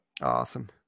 Awesome